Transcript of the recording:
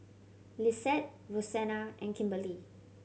Lissette Rosena and Kimberley